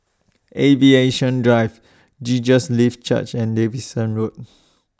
Aviation Drive Jesus Lives Church and Davidson Road